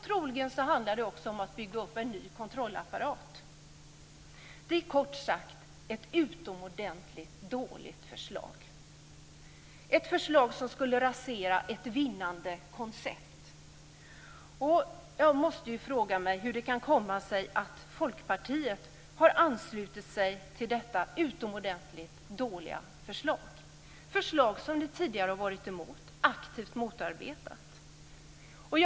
Troligen handlar det också om att bygga upp en ny kontrollapparat. Det är kort sagt ett utomordentligt dåligt förslag, ett förslag som skulle rasera ett vinnande koncept. Jag måste ju fråga mig hur det kan komma sig att Folkpartiet har anslutit sig till detta utomordentligt dåliga förslag, ett förslag som ni tidigare varit emot och aktivt motarbetat.